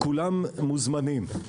כולם מוזמנים.